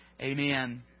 Amen